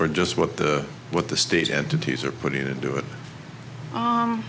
or just what the what the state entities are put in to do it